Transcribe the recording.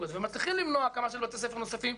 הזה ומצליחים למנוע הקמת בתי ספר נוספים.